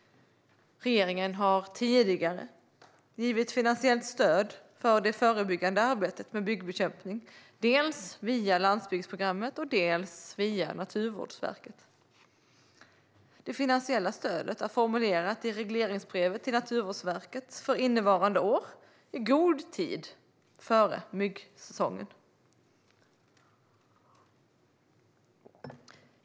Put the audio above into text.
Regeringen har tidigare givit finansiellt stöd för det förebyggande arbetet med myggbekämpning, dels via landsbygdsprogrammet, dels via Naturvårdsverket. Det finansiella stödet är formulerat i regleringsbrevet till Naturvårdsverket för innevarande år, i god tid före myggsäsongen.